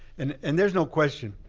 and and there's no question.